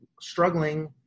struggling